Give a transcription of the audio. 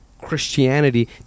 Christianity